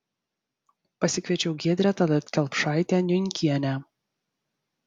pasikviečiau giedrę tallat kelpšaitę niunkienę